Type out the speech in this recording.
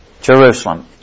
Jerusalem